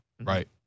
Right